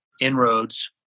inroads